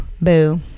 Boo